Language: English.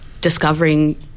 discovering